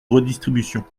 redistribution